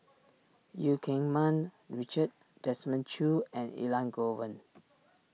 Eu Keng Mun Richard Desmond Choo and Elangovan